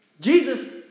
Jesus